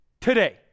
Today